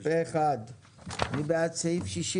הצבעה סעיף 85(68) אושר מי בעד סעיף 69?